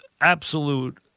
absolute